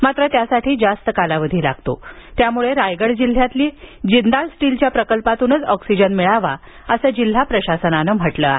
मात्र त्यासाठी जास्त कालावधी लागतो त्यामुळे रायगड जिल्ह्यातील जिंदाल स्टीलच्या प्रकल्पातूनच ऑक्सिजन मिळावा असं जिल्हा प्रशासनानं म्हटलं आहे